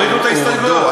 הורדו,